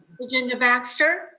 virginia baxter.